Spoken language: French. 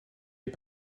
est